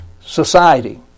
society